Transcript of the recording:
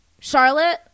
Charlotte